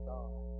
God